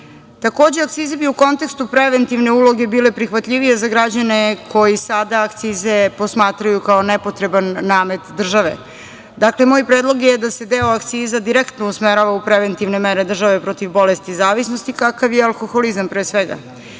mladi. Takođe, akcize bi u kontekstu preventivne uloge bile prihvatljivije za građane koji sada akcize posmatraju kao nepotreban namet države. Dakle, moj predlog je da se deo akciza direktno usmerava u preventivne mere države protiv bolesti zavisnosti, kakav je alkoholizam, pre svega.